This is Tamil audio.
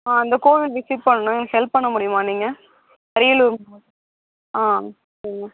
ஆ அந்தக் கோவில் விசிட் பண்ணணும் ஹெல்ப் பண்ண முடியுமா நீங்கள் அரியலூர் மா ஆ